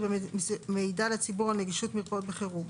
(מידע לציבור על נגישות מרפאות בחירום),